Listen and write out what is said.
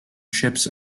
ships